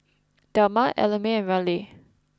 Delmar Ellamae and Raleigh